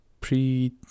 Pre